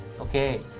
Okay